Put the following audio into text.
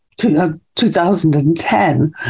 2010